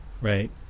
right